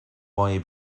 moje